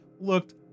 looked